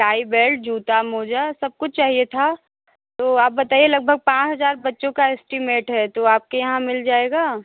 tie belt जूता मोज़ा सब कुछ चाहिए था तो आप बताइए लगभग पाँच हज़ार बच्चों का एस्टिमेट है तो आपके यहाँ मिल जाएगा